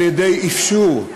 על-ידי אפשור,